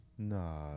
No